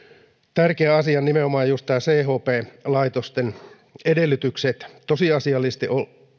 tärkeän asian nimenomaan juuri nämä chp laitosten edellytykset tosiasiallisesti